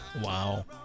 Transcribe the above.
Wow